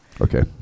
Okay